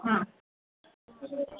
हा